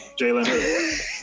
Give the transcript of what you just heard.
Jalen